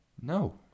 No